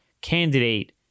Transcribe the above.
candidate